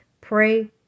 pray